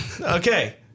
Okay